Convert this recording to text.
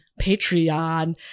Patreon